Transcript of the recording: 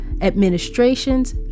administrations